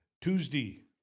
Tuesday